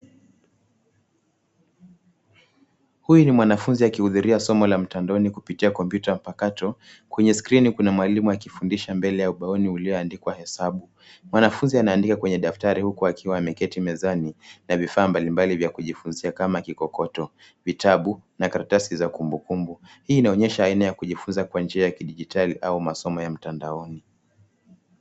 Huyu ni mwanafunzi akihudhuria somo la mtandaoni kupitia kompyuta mpakato. Kwenye skrini kuna mwalimu akifundisha mbele ya ubaoni ulioandikwa hesabu. Mwanafunzi anaandika kwenye daftari huku akiwa ameketi mezani, na vifaa mbalimbali vya kujifunzia kama kikokoto, vitabu na karatasi za kumbukumbu. Hii inaonyesha aina ya kujifunza kwa njia ya kidijitali au masomo ya mtandaoni.